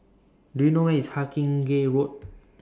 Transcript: Do YOU know Where IS Hawkinge Road